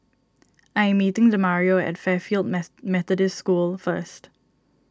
I am meeting Demario at Fairfield Methodist School first